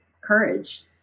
courage